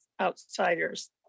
outsiders